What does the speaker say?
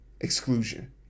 exclusion